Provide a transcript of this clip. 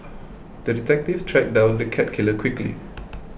the detective tracked down the cat killer quickly